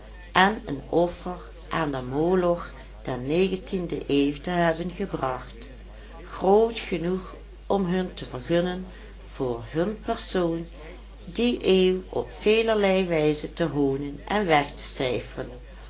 en een offer aan den moloch der negentiende eeuw te hebben gebracht groot genoeg om hun te vergunnen voor hun persoon die eeuw op velerlei wijze te hoonen en weg te cijferen